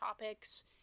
topics